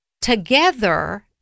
together